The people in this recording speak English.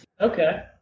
Okay